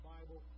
Bible